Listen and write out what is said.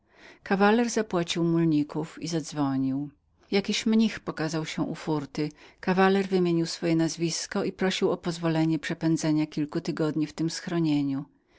kawaler zapłacił mulników i zadzwonił jeden mnich pokazał się u fórty kawaler wymienił swoje nazwisko i prosił o pozwolenie przepędzenia kilku tygodni w tem